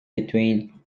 between